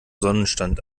sonnenstand